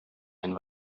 ein